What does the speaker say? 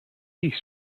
east